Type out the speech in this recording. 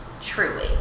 truly